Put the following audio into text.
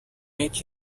make